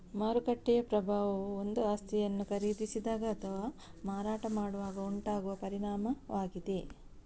ಮಾರುಕಟ್ಟೆಯ ಪ್ರಭಾವವು ಒಂದು ಆಸ್ತಿಯನ್ನು ಖರೀದಿಸಿದಾಗ ಅಥವಾ ಮಾರಾಟ ಮಾಡುವಾಗ ಉಂಟಾಗುವ ಪರಿಣಾಮವಾಗಿದೆ